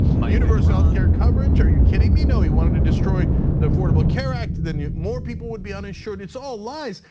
universal health care coverage. are you kidding me? no, he wanted to destroy the affordable care act, then more people would be uninsured. it's all lies,